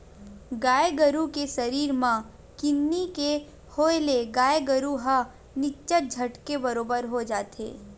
गाय गरु के सरीर म किन्नी के होय ले गाय गरु ह निच्चट झटके बरोबर हो जाथे